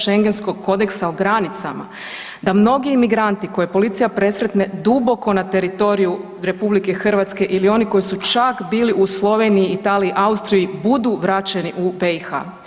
Šengenskog kodeksa o granicama da mnogi emigranti koje policija presretne duboko na teritoriju RH ili oni koji su čak bili u Sloveniji i Italiji i Austriji budu vraćeni u BiH?